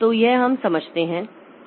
तो यह हम समझते हैं